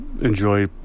enjoy